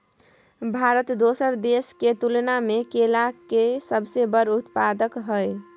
भारत दोसर देश के तुलना में केला के सबसे बड़ उत्पादक हय